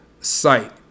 Site